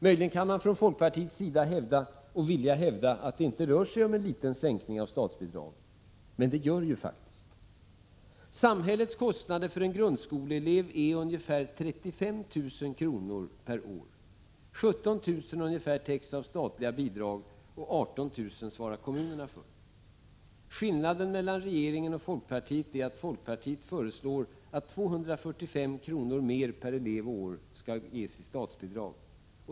Möjligen vill folkpartiet hävda att det inte rör sig om en liten sänkning av statsbidragen till skolorna. Men det gör det faktiskt. Samhällets kostnader för en grundskoleelev är ungefär 35 000 kr./år. Ca 17 000 täcks genom statliga bidrag, 18 000 svarar kommunerna för. Skillnaden mellan regeringen och folkpartiet är att folkpartiet föreslår att 245 kr. mer per elev och år skall utgå i statsbidrag.